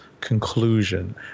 conclusion